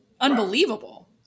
unbelievable